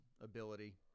ability